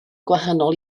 gwahanol